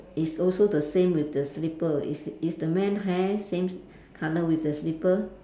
is also the same with the slipper is it is the man hair same colour with the slipper